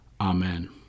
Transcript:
Amen